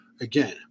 again